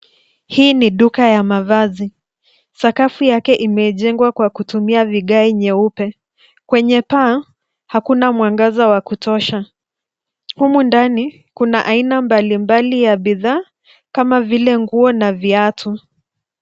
Hii ni duka ya mavazi. Sakafu yake imejengwa kwa kutumia vigae nyeupe. Kwenye paa, hakuna mwangaza wa kutosha. Humu ndani kuna aina mbalimbali ya bidhaa kama vile nguo na viatu.